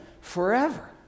forever